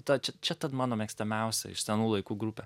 ta čia čia ta mano mėgstamiausia iš senų laikų grupė